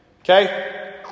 okay